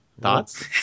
Thoughts